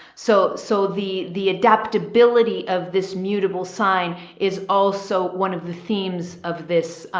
so, so the, the adaptability of this mutable sign is also one of the themes of this,